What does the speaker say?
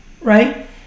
right